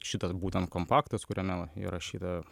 šitas būtent kompaktas kuriame va yra šita